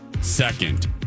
second